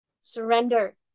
Surrender